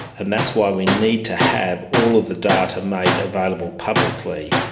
and that's why we need to have all of the data made available publicly.